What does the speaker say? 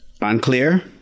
Unclear